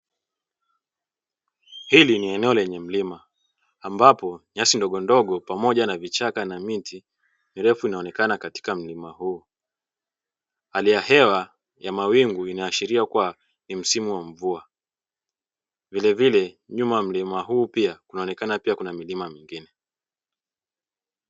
Hili ni eneo lenye mlima ambapo nyasi ndogondogo pamoja na vichaka na miti mirefu inaonekana katika mlima huu, hali ya hewa ya mawingu inaashiria kuwa ni msimu wa mvua, vilevile nyuma ya mlima huu pia kunaonekana pia kuna milima mingine.